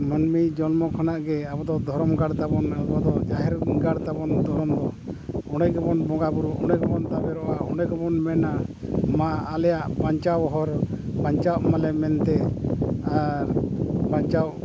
ᱢᱟᱹᱱᱢᱤ ᱡᱚᱱᱢᱚ ᱠᱷᱚᱱᱟᱜ ᱜᱮ ᱟᱵᱚ ᱫᱚ ᱫᱷᱚᱨᱚᱢ ᱜᱟᱲ ᱛᱟᱵᱚᱱ ᱟᱵᱚᱫᱚ ᱡᱟᱦᱮᱨ ᱜᱟᱲ ᱛᱟᱵᱚᱱ ᱫᱷᱚᱨᱚᱢ ᱫᱚ ᱚᱸᱰᱮ ᱜᱮᱵᱚᱱ ᱵᱚᱸᱜᱟ ᱵᱩᱨᱩ ᱚᱸᱰᱮ ᱜᱮᱵᱚᱱ ᱛᱟᱵᱮᱨᱚᱜᱼᱟ ᱚᱸᱰᱮ ᱜᱮᱵᱚᱱ ᱢᱮᱱᱟ ᱢᱟ ᱟᱞᱮᱭᱟᱜ ᱵᱟᱧᱪᱟᱣ ᱦᱚᱨ ᱵᱟᱧᱪᱟᱜ ᱢᱟᱞᱮ ᱢᱮᱱᱛᱮ ᱟᱨ ᱵᱟᱧᱪᱟᱣ